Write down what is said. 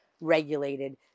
regulated